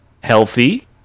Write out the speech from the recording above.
healthy